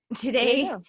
today